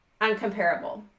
uncomparable